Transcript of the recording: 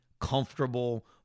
comfortable